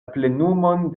plenumon